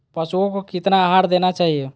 पशुओं को कितना आहार देना चाहि?